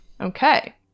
Okay